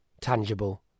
tangible